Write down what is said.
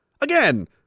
Again